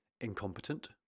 incompetent